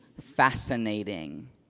fascinating